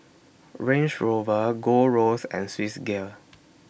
Range Rover Gold Roast and Swissgear